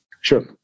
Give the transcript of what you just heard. Sure